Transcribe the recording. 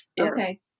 okay